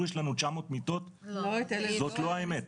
יש לנו עוד תשע מאות מיטות זאת לא האמת.